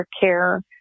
care